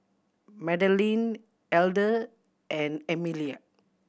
Madeleine Elder and Emelia